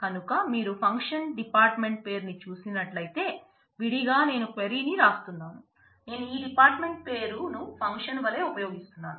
కనుక మీరు function department పేరు ని చూసినట్లయితే విడిగా నేను క్వైరీ వలే ఉపయోగిస్తున్నాను